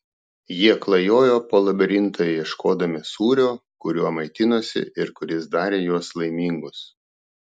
jie klajojo po labirintą ieškodami sūrio kuriuo maitinosi ir kuris darė juos laimingus